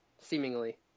seemingly